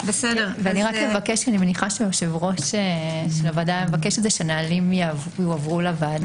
אני מניחה שיושב-ראש הוועדה יבקש שהנהלים יועברו לוועדה.